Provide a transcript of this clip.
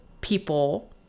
people